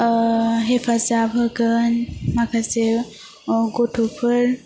ओह हेफाजाब होगोन माखासे अह गथ'फोर